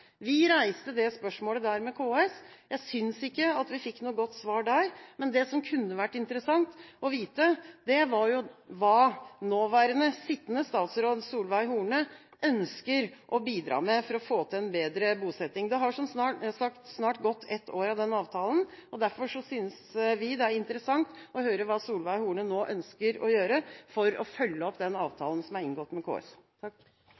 Vi reiste spørsmålet der. Jeg synes ikke at vi fikk noe godt svar. Men det kunne vært interessant å vite hva sittende statsråd Solveig Horne ønsker å bidra med for å få til en bedre bosetting. Det har som sagt snart gått ett år av den avtalen, og derfor synes vi det er interessant å høre hva Solveig Horne nå ønsker å gjøre for å følge opp den avtalen som er inngått med KS.